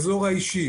אזור אישי,